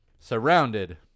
surrounded